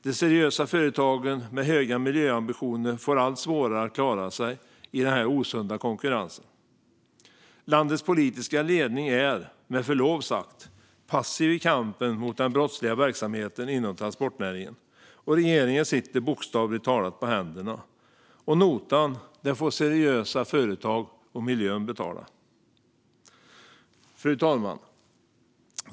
De seriösa företagen med höga miljöambitioner får allt svårare att klara sig i den osunda konkurrensen. Landets politiska ledning är, med förlov sagt, passiv i kampen mot den brottsliga verksamheten inom transportnäringen, och regeringen sitter bokstavligt talat på händerna. Notan får seriösa företag och miljön betala. Fru talman!